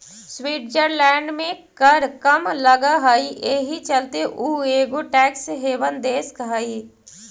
Switzerland में कर कम लग हई एहि चलते उ एगो टैक्स हेवन देश हई